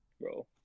bro